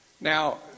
Now